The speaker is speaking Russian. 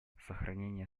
сохранение